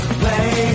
play